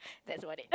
that's about it